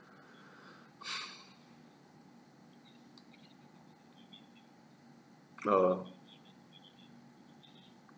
err